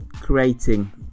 creating